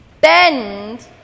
bend